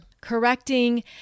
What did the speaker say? correcting